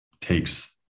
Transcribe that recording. takes